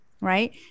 right